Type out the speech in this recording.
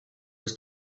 was